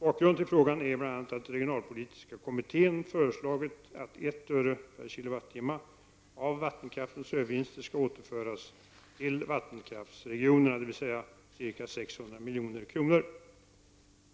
Bakgrunden till frågan är bl.a. att regionalpolitiska kommittén föreslagit att 1 öre/k Wh av vattenkraftens övervinster skall återföras till vat tenkraftsregionerna, dvs. ca 600 milj.kr.